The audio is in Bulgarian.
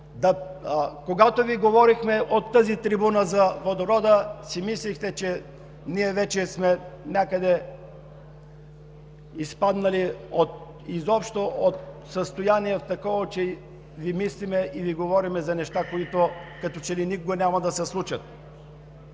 Когато ние говорехме от тази трибуна за водорода, си мислехте, че ние вече сме някъде изпаднали изобщо в такова състояние, че мислим и Ви говорим за неща, които като че ли никога няма да се случат.